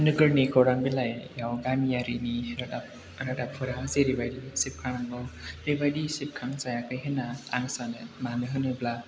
नोगोरनि खौरां बिलाइयाव गामियारिनि रादाब रादाबफोरा जेरैबायदि सेबखांनांगौ बेबायदि सेबखांजायाखै होनना आं सानो मानो होनोब्ला